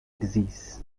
disease